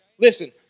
Listen